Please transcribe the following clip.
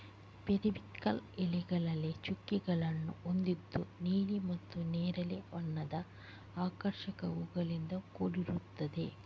periwinkle ಎಲೆಗಳಲ್ಲಿ ಚುಕ್ಕೆಗಳನ್ನ ಹೊಂದಿದ್ದು ನೀಲಿ ಮತ್ತೆ ನೇರಳೆ ಬಣ್ಣದ ಆಕರ್ಷಕ ಹೂವುಗಳಿಂದ ಕೂಡಿರ್ತದೆ